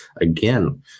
again